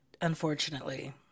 unfortunately